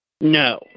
No